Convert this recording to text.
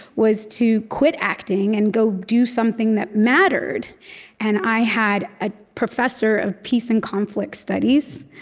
was to quit acting and go do something that mattered and i had a professor of peace and conflict studies,